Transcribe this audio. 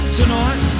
tonight